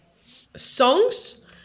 Songs